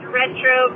retro